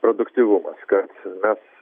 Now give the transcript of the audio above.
produktyvumas kad mes